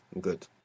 Good